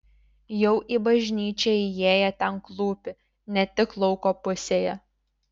jau į bažnyčią įėję ten klūpi ne tik lauko pusėje